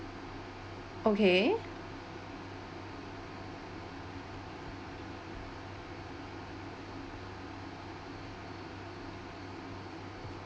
okay